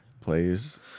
plays